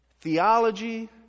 Theology